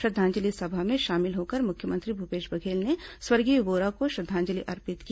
श्रद्धांजलि सभा में शामिल होकर मुख्यमंत्री भूपेश बघेल ने स्वर्गीय वोरा को श्रद्धांजलि अर्पित की